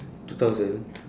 two thousand